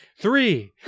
Three